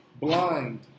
blind